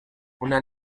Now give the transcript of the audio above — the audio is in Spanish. una